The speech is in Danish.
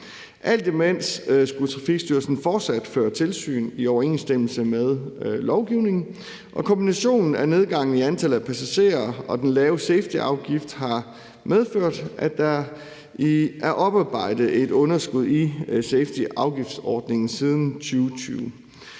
Alt imens skulle Trafikstyrelsen fortsat føre tilsyn i overensstemmelse med lovgivningen. Kombinationen af nedgangen i antallet af passagerer og den lave safetyafgift har medført, at der er oparbejdet et underskud i safetyafgiftsordningen siden 2020.